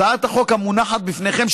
הצעת החוק המונחת בפניכם,